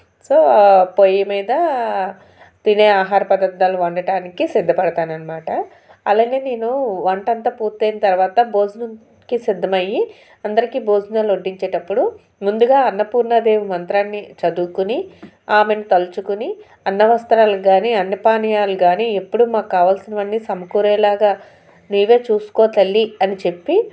so పొయ్యి మీద తినే ఆహార పదార్థాలు వండటానికి సిద్ధపడతాననమాట అలానే నేను వంట అంతా పూర్తి అయిన తర్వాత భోజనంకి సిద్ధమయ్యి అందరికీ భోజనాలు వండించేటప్పుడు ముందుగా అన్నపూర్ణాదేవి మంత్రాన్ని చదువుకొని ఆమెను తలుచుకుని అన్నవస్త్రాల కాని అన్నపానీయాలు కాని ఎప్పుడు మాకు కావాల్సినవన్నీ సమకూరే లాగా నీవే చూసుకో తల్లి అని చెప్పి